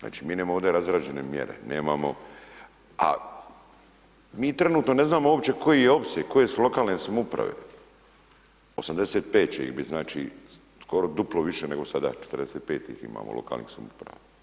znači mi nemamo ovdje razrađene mjere, nemamo a mi trenutno ne znamo uopće koji je opseg, koje su lokalne samouprave, 85 će ih biti, znači skoro duplo više nego sada 45 ih ima u lokalnim samoupravama.